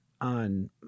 on